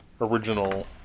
original